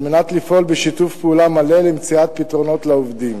על מנת לפעול בשיתוף פעולה מלא למציאת פתרונות לעובדים.